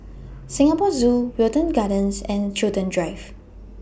Singapore Zoo Wilton Gardens and Chiltern Drive